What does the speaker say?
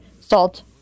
salt